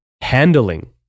handling